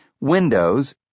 windows